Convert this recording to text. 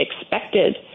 expected